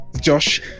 Josh